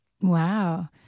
Wow